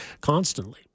constantly